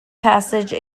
passage